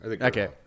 Okay